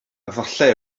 efallai